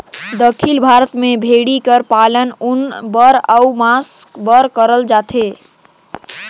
दक्खिन भारत में भेंड़ी कर पालन ऊन बर अउ मांस बर करल जाथे